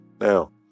now